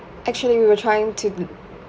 actually we were trying to